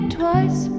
twice